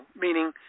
meaning